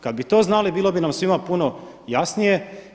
Kad bi to znali bilo bi nam svima puno jasnije.